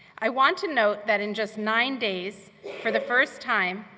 i want to note that in just nine days, for the first time,